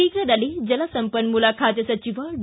ಶೀಘ್ರದಲ್ಲೇ ಜಲಸಂಪನ್ನೂಲ ಖಾತೆ ಸಚಿವ ಡಿ